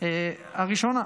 --- מהכנסת הראשונה.